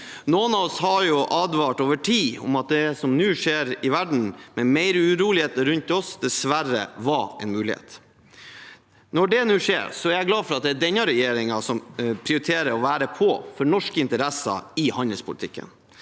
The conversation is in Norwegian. Noen av oss har advart over tid om at det som nå skjer i verden, med mer uroligheter rundt oss, dessverre var en mulighet. Når det nå skjer, er jeg glad for at denne regjeringen prioriterer å være «på» for norske interesser i handelspolitikken.